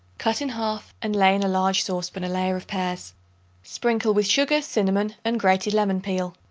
cut in half, and lay in a large saucepan a layer of pears sprinkle with sugar, cinnamon and grated lemon peel.